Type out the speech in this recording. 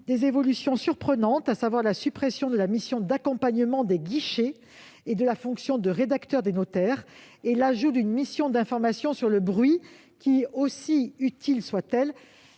des évolutions surprenantes, comme la suppression de la mission d'accompagnement des guichets et de la fonction de rédacteur des notaires ou encore l'ajout d'une mission d'information sur le bruit, laquelle, aussi utile soit-elle,